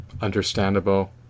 understandable